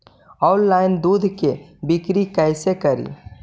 Online दुध के बिक्री कैसे करि?